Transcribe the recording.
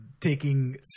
taking